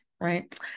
right